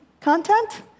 content